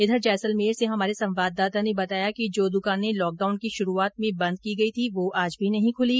इधर जैसलमेर से हमारे संवाददाता ने बताया कि जो दुकाने लॉकडाउन की शुरूआत में बंद की गई थी वो आज भी नहीं खुली